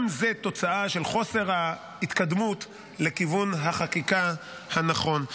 גם זו תוצאה של חוסר ההתקדמות לכיוון החקיקה הנכון.